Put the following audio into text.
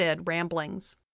Ramblings